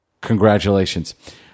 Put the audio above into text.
Congratulations